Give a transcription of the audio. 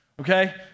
Okay